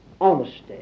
honesty